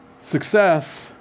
Success